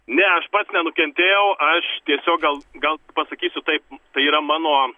ne aš pats nenukentėjau aš tiesiog gal gal pasakysiu taip tai yra mano